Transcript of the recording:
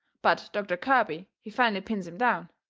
but doctor kirby he finally pins him down.